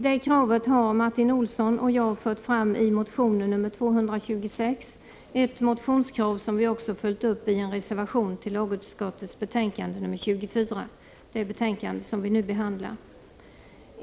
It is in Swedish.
Det kravet har Martin Olsson och jag fört fram i motion nr 226 — ett motionskrav som vi också följt upp i en reservation till lagutskottets betänkande nr 24, det betänkande som vi nu behandlar.